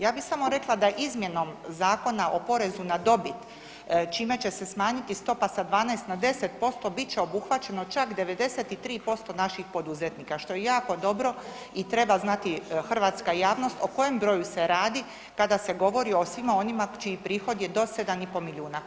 Ja bi samo rekla da izmjenom Zakona o porezu na dobit čime će se smanjiti stopa sa 12 na 10% bit će obuhvaćeno čak 93% naših poduzetnika, što je jako dobro i treba znati hrvatska javnost o kojem broju se radi kada se govori o svima onima čiji prihod je do 7,5 milijuna kuna.